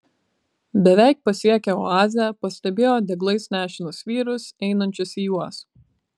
beveik pasiekę oazę pastebėjo deglais nešinus vyrus einančius į juos